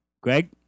Greg